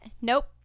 Nope